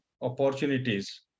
opportunities